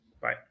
Bye